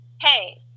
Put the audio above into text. hey